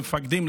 למפקדים,